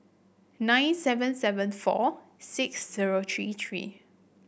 nine seven seven four six zero three three